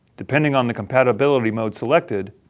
depending on the compatibility mode selected,